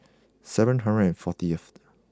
seven hundred fortyth